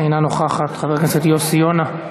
אינה נוכחת, חבר הכנסת יוסי יונה,